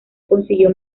consiguió